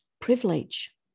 privilege